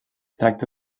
tracta